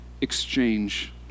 exchange